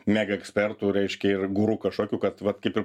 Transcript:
mega ekspertu reiškia ir guru kažkokiu kad vat kaip ir